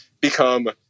become